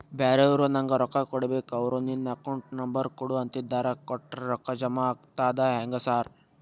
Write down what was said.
ಬ್ಯಾರೆವರು ನಂಗ್ ರೊಕ್ಕಾ ಕೊಡ್ಬೇಕು ಅವ್ರು ನಿನ್ ಅಕೌಂಟ್ ನಂಬರ್ ಕೊಡು ಅಂತಿದ್ದಾರ ಕೊಟ್ರೆ ರೊಕ್ಕ ಜಮಾ ಆಗ್ತದಾ ಹೆಂಗ್ ಸಾರ್?